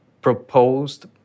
proposed